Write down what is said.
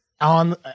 on